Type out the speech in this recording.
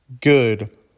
good